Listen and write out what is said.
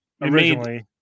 originally